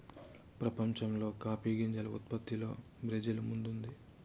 ప్రపంచంలో కాఫీ గింజల ఉత్పత్తిలో బ్రెజిల్ ముందుంది